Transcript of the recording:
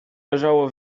leżało